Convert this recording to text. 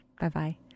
Bye-bye